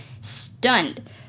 stunned